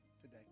today